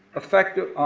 effective,